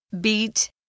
beat